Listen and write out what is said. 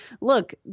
look